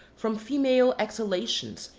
from female exhalations,